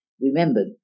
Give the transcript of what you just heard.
Remember